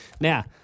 Now